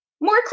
More